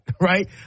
right